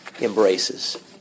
embraces